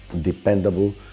dependable